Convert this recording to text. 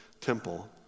temple